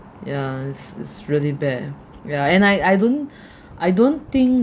yeah it's it's really bad ya and I I don't I don't think